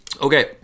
Okay